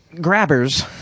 Grabbers